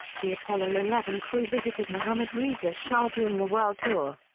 the apollo eleven crew visited mohammad reza shah during a world tour.